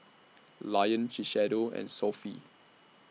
Lion Shiseido and Sofy